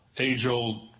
age-old